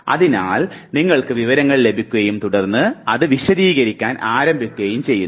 അതിനാൽ നിങ്ങൾക്ക് വിവരങ്ങൾ ലഭിക്കുകയും തുടർന്ന് അത് വിശദീകരിക്കാൻ ആരംഭിക്കുകയും ചെയ്യുന്നു